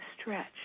stretch